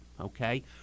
okay